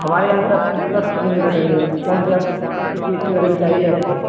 हमारे यहाँ सब चीज सब चीजों का लकड़ी है कौनसी आपको किस चीज की लकड़ी चाहिए आपको